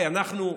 אנחנו,